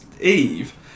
Eve